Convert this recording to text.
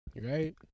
right